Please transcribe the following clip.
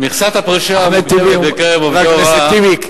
חבר הכנסת טיבי,